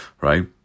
right